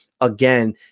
again